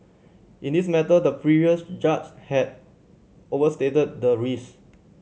in this matter the previous judge had overstated the risk